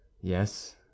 Yes